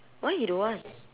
why he don't want